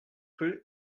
rue